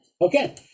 Okay